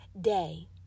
day